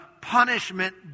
punishment